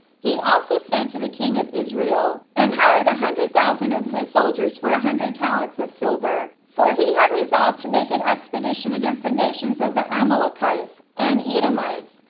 he also sent to the king of israel, and hired a hundred thousand of his soldiers for a hundred talents of silver, for he had resolved to make an expedition against the nations of the amalekites, and edomites,